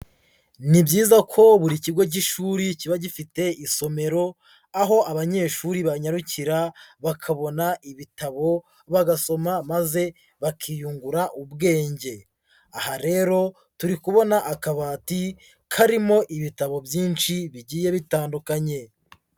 Ni byiza ko buri kigo cy'ishuri kiba gifite isomero aho abanyeshuri banyarukira bakabona ibitabo bagasoma maze bakiyungura ubwenge, aha rero turi kubona akabati karimo ibitabo byinshi bigiye bitandukanye.